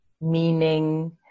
meaning